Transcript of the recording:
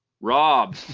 Rob